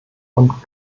und